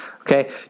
Okay